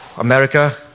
America